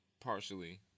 partially